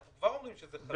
אנחנו כבר אומרים שזה חריג.